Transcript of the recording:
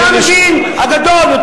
אתה המבין הגדול,